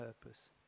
purpose